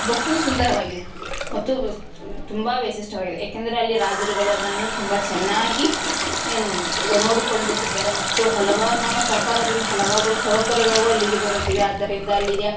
ಬಹು ಸುಂದರವಾಗಿದೆ ಮತ್ತು ತುಂಬ ವೈಶಿಷ್ಟ್ಯವಾಗಿದೆ ಏಕೆಂದರೆ ಅಲ್ಲಿ ರಾಜರುಗಳು ಅದನ್ನು ತುಂಬ ಚೆನ್ನಾಗಿ ನೋಡಿಕೊಳ್ಳುತ್ತಿದ್ದಾರೆ ಮತ್ತು ಹಲವಾರು ನಮ್ಮ ಸರ್ಕಾರದಿಂದ ಹಲವಾರು ಸೌಕರ್ಯಗಳು ಅಲ್ಲಿಗೆ ದೊರೆತಿವೆ ಆದ್ದರಿಂದ ಅಲ್ಲಿಯ